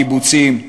הקיבוצים.